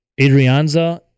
Adrianza